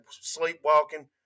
sleepwalking